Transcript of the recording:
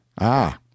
Ah